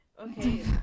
Okay